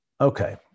Okay